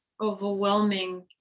overwhelming